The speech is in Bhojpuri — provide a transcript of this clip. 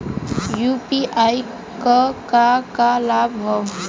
यू.पी.आई क का का लाभ हव?